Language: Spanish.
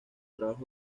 trabajos